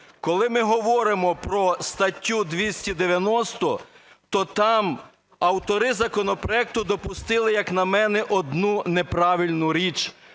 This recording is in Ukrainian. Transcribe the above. Коли ми говоримо про статтю 290, то там автори законопроекту допустили, як на мене, одну неправильну річ: